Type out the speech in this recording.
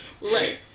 Right